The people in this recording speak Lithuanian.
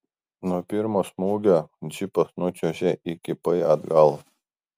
nuo pirmo smūgio džipas nučiuožė įkypai atgal